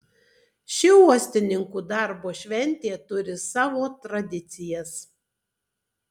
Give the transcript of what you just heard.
ši uostininkų darbo šventė turi savo tradicijas